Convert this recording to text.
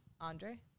Andre